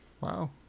wow